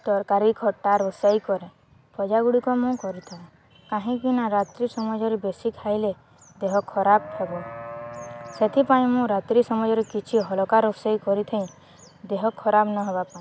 ତରକାରୀ ଖଟା ରୋଷେଇ କରେ ଭଜା ଗୁଡ଼ିକ ମୁଁ କରିଥାଏ କାହିଁକି ନା ରାତ୍ରି ସମାଜରେ ବେଶୀ ଖାଇଲେ ଦେହ ଖରାପ ହେବ ସେଥିପାଇଁ ମୁଁ ରାତ୍ରି ସମାଜରେ କିଛି ହାଲୁକା ରୋଷେଇ କରିଥାଏ ଦେହ ଖରାପ ନ ହେବା ପାଇଁ